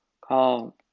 call